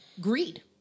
greed